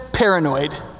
paranoid